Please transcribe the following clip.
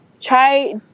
try